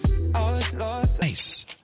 Nice